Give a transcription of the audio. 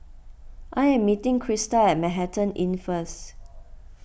I am meeting Crysta at Manhattan Inn first